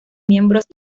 miembros